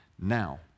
Now